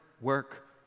work